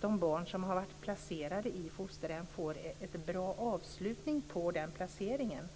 De barn som har varit placerade i fosterhem ska också få en bra avslutning på placeringen.